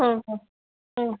ಹ್ಞೂ ಹ್ಞೂ ಹ್ಞೂ